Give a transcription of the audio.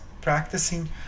practicing